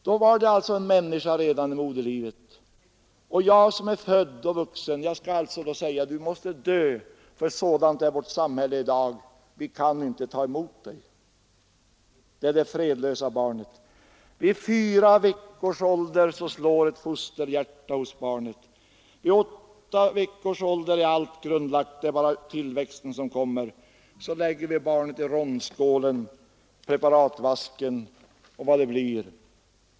Så var det alltså en människa redan i moderlivet. Och jag som är född och vuxen skall då säga: Du måste dö, för sådant är vårt sam hälle i dag. Vi kan inte ta emot dig. — Det är det fredlösa barnet. Vid fyra veckors ålder slår ett fosterhjärta hos barnet, vid åtta veckors ålder är allt grundlagt — det är bara tillväxten som sedan kommer till. Det barnet lägger vi i rondskålen eller preparatvasken.